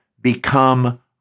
become